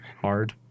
hard